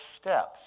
steps